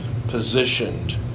positioned